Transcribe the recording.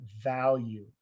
value